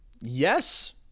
Yes